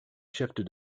shifted